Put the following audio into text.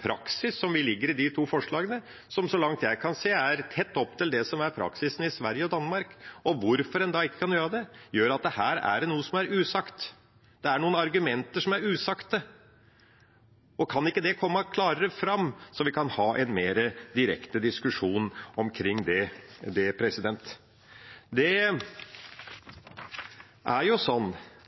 praksis som ligger i de to forslagene som så langt jeg kan se, er tett opp til det som er praksisen i Sverige og Danmark. Når en da ikke kan gjøre det, betyr det at det er noe som er usagt her. Det er noen argumenter som er usagte. Kan ikke det komme klarere fram, så vi kan ha en mer direkte diskusjon omkring det? Kristelig Folkeparti sier seg jo enig med opposisjonen, det er